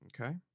Okay